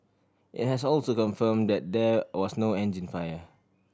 it has also confirmed that there was no engine fire